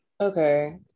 Okay